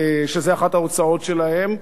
שזו אחת ההוצאות שלהן,